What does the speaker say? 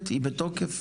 היא בתוקף?